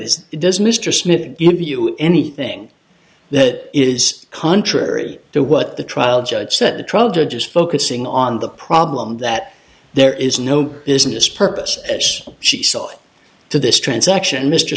is does mr smith give you anything that is contrary to what the trial judge said the trial judge is focusing on the problem that there is no business purpose edge she saw to this transaction mr